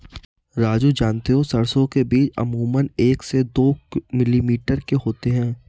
राजू जानते हो सरसों के बीज अमूमन एक से दो मिलीमीटर के होते हैं